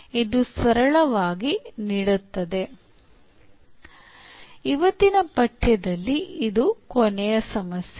ಇದು ಸರಳವಾಗಿ ನೀಡುತ್ತದೆ ಇವತ್ತಿನ ಪಠ್ಯದಲ್ಲಿ ಇದು ಕೊನೆಯ ಸಮಸ್ಯೆ